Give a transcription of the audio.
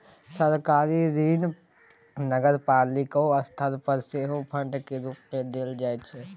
सरकारी ऋण नगरपालिको स्तर पर सेहो बांड केर रूप मे देल जाइ छै